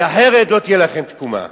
כי אחרת לא תהיה לכם תקומה.